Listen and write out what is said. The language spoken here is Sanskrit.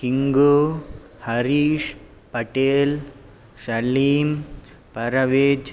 हिङ्गू हरीश् पटेल् सलीम् परवेज्